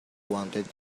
wanted